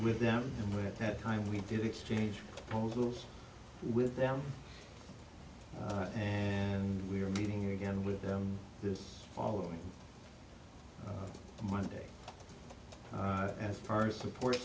with them and we're at that time we did exchange old rules with them and we are meeting again with them this following monday as far as support